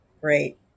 Great